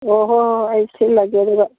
ꯑꯣ ꯍꯣꯏ ꯍꯣꯏ ꯍꯣꯏ ꯑꯩ ꯁꯤꯜꯂꯒꯦ ꯑꯗꯨꯒ